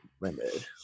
limited